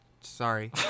Sorry